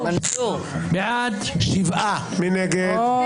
הצבעה לא